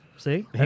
See